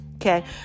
Okay